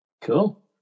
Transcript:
Cool